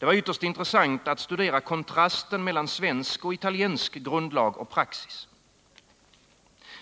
Det var ytterst intressant att studera kontrasten mellan svensk och italiensk grundlag och praxis.